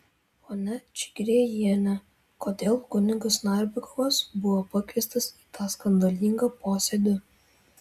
ponia čigriejiene kodėl kunigas narbekovas buvo pakviestas į tą skandalingą posėdį